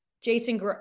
Jason